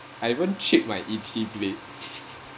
I even chipped my E_T blade